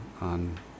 on